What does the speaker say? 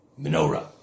menorah